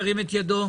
ירים את ידו.